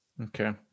Okay